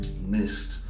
missed